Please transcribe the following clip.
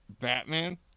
Batman